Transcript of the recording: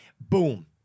boom